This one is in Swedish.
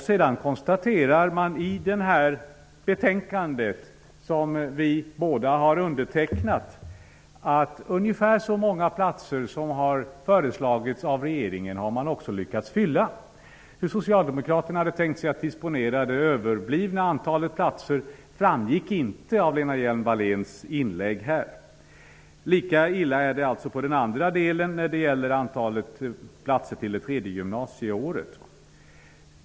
Sedan konstaterar man i det betänkande som vi båda har undertecknat att ungefär så många platser som har föreslagits av regeringen, har man också lyckats fylla. Hur socialdemokraterna hade tänkt sig att disponera det överblivna antalet platser framgick inte av Lena Lika illa är det när det gäller antalet platser till det tredje gymnasieåret.